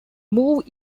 move